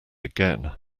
again